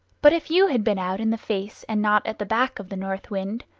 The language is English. but if you had been out in the face and not at the back of the north wind,